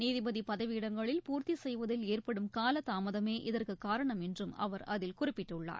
நீதிபதிபதவியிடங்களில் பூர்த்திசெய்வதில் ஏற்படும் காலதாமதமே இதற்குகாரணம் என்றும் அவர் அதில் குறிப்பிட்டுள்ளார்